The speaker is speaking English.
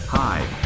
Hi